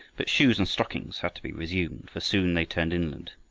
but shoes and stockings had to be resumed, for soon they turned inland,